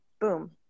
Boom